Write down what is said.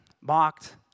mocked